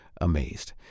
amazed